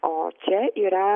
o čia yra